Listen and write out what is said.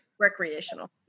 Recreational